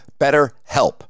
BetterHelp